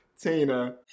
Tina